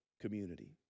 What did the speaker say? community